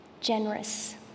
generous